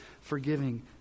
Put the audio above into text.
forgiving